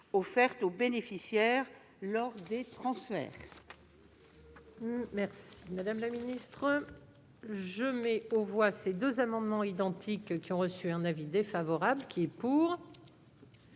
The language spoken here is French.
offertes aux bénéficiaires des transferts.